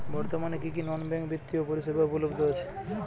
বর্তমানে কী কী নন ব্যাঙ্ক বিত্তীয় পরিষেবা উপলব্ধ আছে?